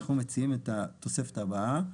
אנחנו מציעים את התוספת הבאה,